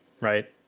right